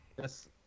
Yes